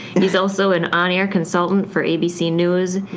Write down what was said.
he's also an on-air consultant for abc news.